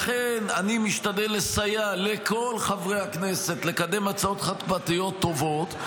לכן אני משתדל לסייע לכל חברי הכנסת לקדם הצעות חוק פרטיות טובות,